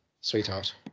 Sweetheart